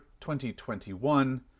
2021